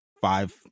Five